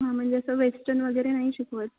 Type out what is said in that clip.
हां म्हणजे असं वेस्टन वगैरे नाही शिकवत